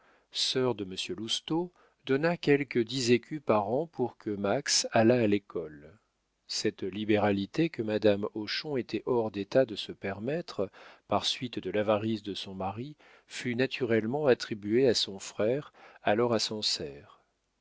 sœur de monsieur lousteau donna quelque dix écus par an pour que max allât à l'école cette libéralité que madame hochon était hors d'état de se permettre par suite de l'avarice de son mari fut naturellement attribuée à son frère alors à sancerre